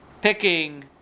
picking